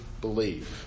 believe